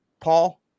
Paul